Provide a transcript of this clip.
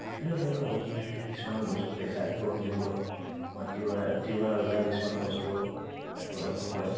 বিভিন্ন ধৰণৰ ঐতিহাসিক কিছুমান বস্তু দেখায় বুৰঞ্জীমূলক আমাৰ তিৱা তিৱা ৰজা কিছুমান বস্তু ইয়াত প্ৰদৰ্শন কৰে